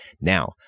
Now